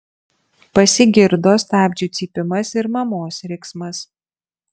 pasigirdo stabdžių cypimas ir mamos riksmas